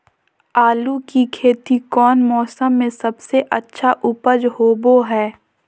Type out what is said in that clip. आलू की खेती कौन मौसम में सबसे अच्छा उपज होबो हय?